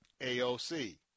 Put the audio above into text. AOC